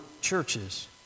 churches